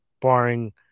barring